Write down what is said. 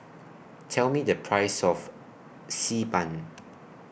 Tell Me The Price of Xi Ban